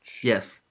Yes